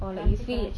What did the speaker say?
or like you feel like